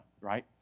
right